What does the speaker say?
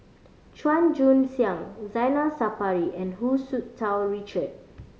Chua Joon Siang Zainal Sapari and Hu Tsu Tau Richard